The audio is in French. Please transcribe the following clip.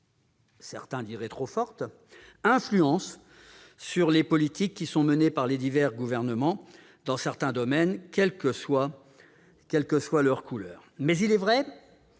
certains diraient trop forte -influence sur les politiques qui sont menées par les divers gouvernements dans certains domaines, quelle que soit leur couleur politique. Il est vrai